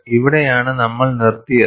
ഇവിടെയാണ് നമ്മൾ നിർത്തിയത്